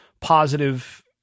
positive